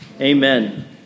Amen